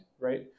right